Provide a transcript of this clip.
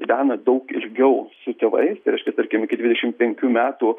gyvena daug ilgiau su tėvais tai reiškia tarkim iki dvidešim penkių metų